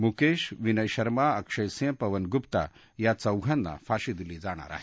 मुकेश विनय शर्मा अक्षय सिंह पवन गुप्ता या चौघांना फाशी दिली जाणार आहे